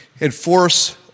enforce